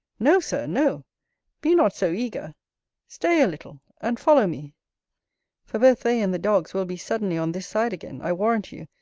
no, sir, no be not so eager stay a little, and follow me for both they and the dogs will be suddenly on this side again, i warrant you,